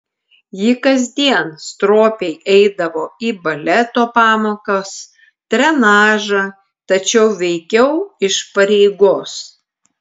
ji kasdien stropiai eidavo į baleto pamokas trenažą tačiau veikiau iš pareigos